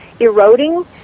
eroding